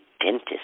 dentist